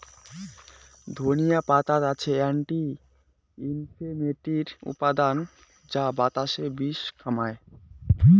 ধনিয়া পাতাত আছে অ্যান্টি ইনফ্লেমেটরি উপাদান যা বাতের বিষ কমায়